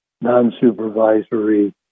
non-supervisory